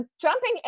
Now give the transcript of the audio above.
jumping